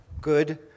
good